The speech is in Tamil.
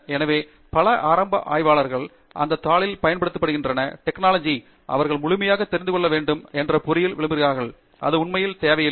எனவே பல ஆரம்ப ஆய்வாளர்கள் அந்தப் பொறியில் விழும் போது ஒவ்வொரு கருவியின் அடிப்படையோ அந்தத் தாளில் பயன்படுத்தப்படுகிற நுட்பத்தையோ அவர்கள் தெரிந்து கொள்ள வேண்டும் அது உண்மையில் தேவையில்லை